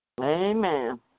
Amen